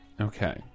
Okay